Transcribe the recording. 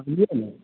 बुझलिए ने